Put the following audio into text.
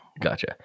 Gotcha